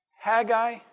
Haggai